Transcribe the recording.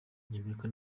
w’umunyamerika